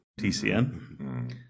TCN